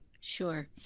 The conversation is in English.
Sure